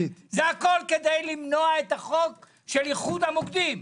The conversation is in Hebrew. זה הכול כדי למנוע את החוק של איחוד המוקדים.